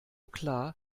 klar